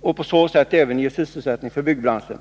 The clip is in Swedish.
och på så sätt även ge sysselsättning för byggbranschen.